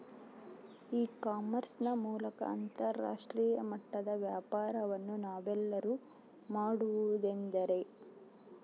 E commerce ನ ಮೂಲಕ ಅಂತರಾಷ್ಟ್ರೇಯ ಮಟ್ಟದ ವ್ಯಾಪಾರವನ್ನು ನಾವೆಲ್ಲರೂ ಮಾಡುವುದೆಂದರೆ?